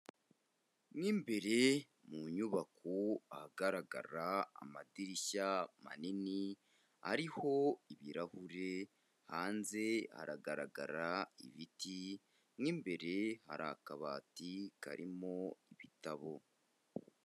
Mw'imbere mu nyubako ahagaragara amadirishya manini ariho ibirahure, hanze haragaragara ibiti mo imbere hari akabati karimo ibitabo.